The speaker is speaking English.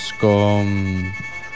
con